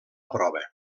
prova